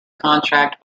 contract